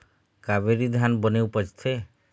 कावेरी धान बने उपजथे?